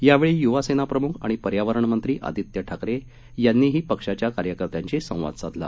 यावेळी युवासेना प्रमुख आणि पर्यावरण मंत्री आदित्य ठाकरे यांनीही पक्षाच्या कार्यकर्त्यांशी संवाद साधला